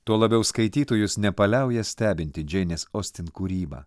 tuo labiau skaitytojus nepaliauja stebinti džeinės ostin kūryba